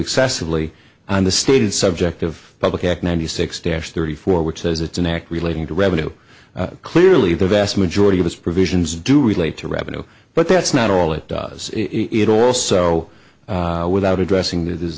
excessively on the stated subject of public act ninety six tears thirty four which says it's an act relating to revenue clearly the vast majority of us provisions do relate to revenue but that's not all it does it also without addressing that is